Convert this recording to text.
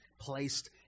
placed